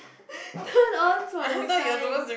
turned on for the science